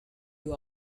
you